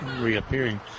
reappearing